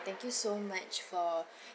thank you so much for